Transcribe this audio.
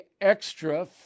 extra